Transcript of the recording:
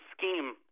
scheme